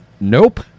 nope